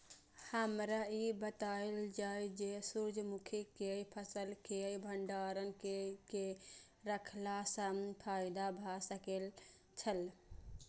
हमरा ई बतायल जाए जे सूर्य मुखी केय फसल केय भंडारण केय के रखला सं फायदा भ सकेय छल?